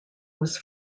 was